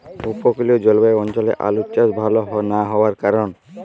উপকূলীয় জলবায়ু অঞ্চলে আলুর চাষ ভাল না হওয়ার কারণ?